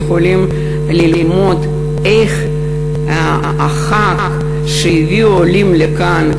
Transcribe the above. יכולים ללמוד איך החג שהביאו העולים לכאן,